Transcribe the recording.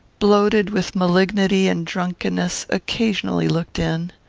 bloated with malignity and drunkenness, occasionally looked in.